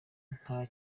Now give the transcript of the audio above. nta